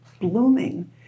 blooming